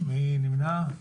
מי נמנע?